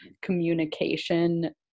communication